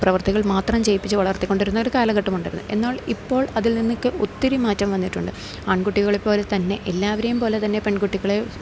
പ്രവർത്തികൾ മാത്രം ചെയ്യിപ്പിച്ച് വളർത്തിക്കൊണ്ടിരുന്ന ഒരു കാലഘട്ടമുണ്ടായിരുന്നു എന്നാൽ ഇപ്പോൾ അതിൽ നിന്നൊക്കെ ഒത്തിരി മാറ്റം വന്നിട്ടുണ്ട് ആൺകുട്ടികളെ പോലെ തന്നെ എല്ലാവരേയും പോലെ തന്നെ പെൺകുട്ടികളെ